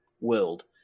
world